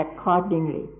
accordingly